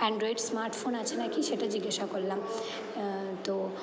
Android smart phone আছে না কি সেটা জিজ্ঞাসা করলাম তো